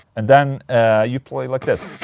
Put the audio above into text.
and then you play like this